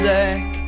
deck